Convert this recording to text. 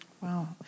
Wow